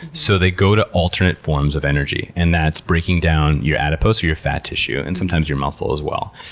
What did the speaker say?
so they go to alternate forms of energy. and that's breaking down your adipose, or your fat tissue, and sometimes your muscle as well.